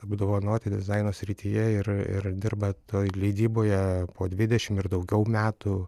apdovanoti dizaino srityje ir ir dirba toj leidyboje po dvidešimt ir daugiau metų